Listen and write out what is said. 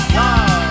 love